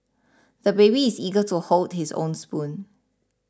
the baby is eager to hold his own spoon